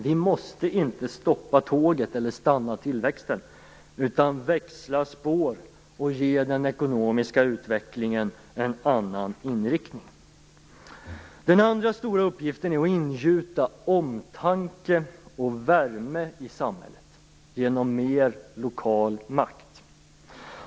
Vi måste inte stoppa tåget eller stanna tillväxten utan växla spår och ge den ekonomiska utvecklingen en annan inriktning. Den andra stora uppgiften är att ingjuta omtanke och värme i samhället genom mer lokal makt.